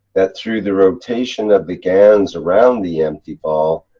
that, through the rotation of the gans around the empty ball,